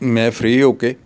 ਮੈਂ ਫਰੀ ਹੋ ਕੇ